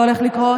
לא הולך לקרות?